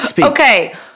Okay